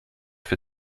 für